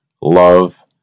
love